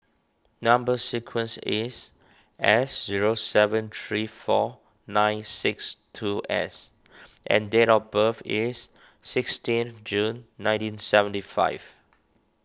Number Sequence is S zero seven three four nine six two S and date of birth is sixteen June nineteen seventy five